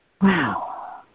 Wow